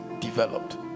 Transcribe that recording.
developed